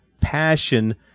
passion